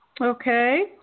Okay